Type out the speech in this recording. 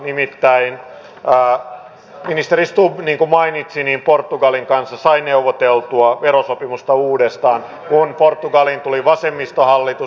nimittäin ministeri stubb niin kuin mainitsi portugalin kanssa sai neuvoteltua verosopimusta uudestaan kun portugaliin tuli vasemmistohallitus